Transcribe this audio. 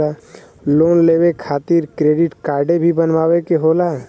Loan लेवे खातिर credit काडे भी बनवावे के होला?